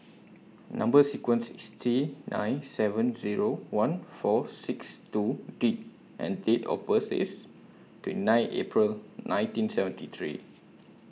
Number sequence IS T nine seven Zero one four six two D and Date of birth IS twenty nine April nineteen seventy three